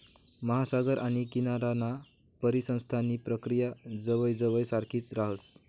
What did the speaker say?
महासागर आणि किनाराना परिसंस्थांसनी प्रक्रिया जवयजवय सारखीच राहस